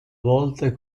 volte